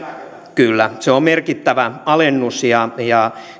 kyllä se on merkittävä alennus ja ja